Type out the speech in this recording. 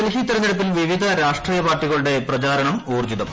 ഡൽഹി തെരഞ്ഞെടുപ്പിൽ പ്രിവിധ രാഷ്ട്രീയ പാർട്ടികളുടെ പ്രചാരണം ഊർജ്ജിതം